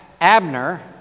Abner